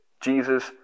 Jesus